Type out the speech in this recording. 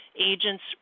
agents